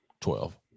Twelve